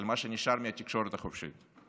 על מה שנשאר מהתקשורת החופשית.